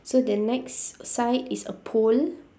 so the next side is a pole